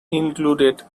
included